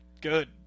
good